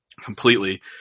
completely